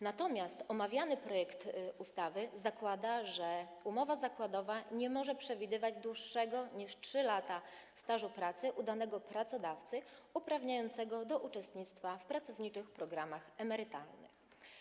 Natomiast omawiany projekt ustawy zakłada, że umowa zakładowa nie może przewidywać dłuższego niż wynoszący 3 lata stażu pracy u danego pracodawcy, uprawniającego do uczestnictwa w pracowniczych programach emerytalnych.